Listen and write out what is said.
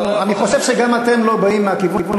אני חושב שגם אתם לא באים מהכיוון